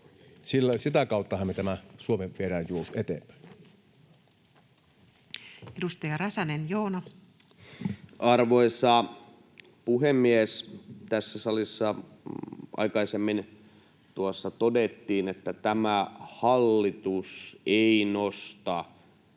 sitä kauttahan me Suomea juuri viedään eteenpäin. [Timo Suhonen: Oikein!] Edustaja Räsänen, Joona. Arvoisa puhemies! Tässä salissa aikaisemmin todettiin, että tämä hallitus ei nosta